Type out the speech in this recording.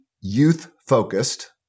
youth-focused